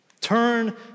Turn